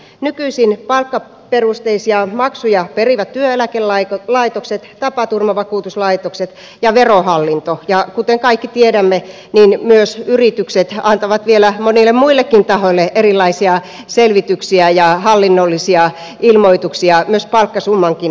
nykyisin palkkaperusteisia maksuja perivät työeläkelaitokset tapaturmavakuutuslaitokset ja verohallinto ja kuten kaikki tiedämme myös yritykset antavat vielä monille muillekin tahoille erilaisia selvityksiä ja hallinnollisia ilmoituksia myös palkkasumman osalta